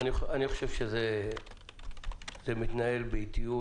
אני חושב שזה מתנהל באיטיות.